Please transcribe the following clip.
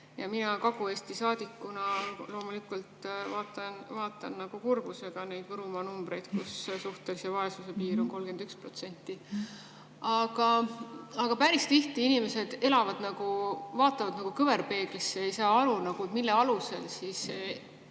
Mina Kagu-Eesti saadikuna loomulikult vaatan kurbusega neid Võrumaa numbreid, kus suhtelise vaesuse piir on 31%. Aga päris tihti inimesed elavad nii, nagu vaatavad kõverpeeglisse ega saa aru, mille alusel [neid